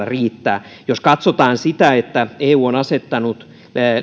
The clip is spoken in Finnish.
riittää jos katsomme sitä että eu on asettanut